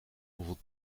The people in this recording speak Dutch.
hoeveel